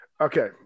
Okay